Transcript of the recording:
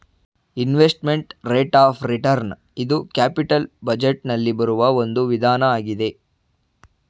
investment rate of return ಇದು capital budget ನಲ್ಲಿ ಬರುವ ಒಂದು ವಿಧಾನ ಆಗಿದೆ